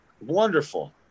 wonderful